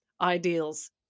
ideals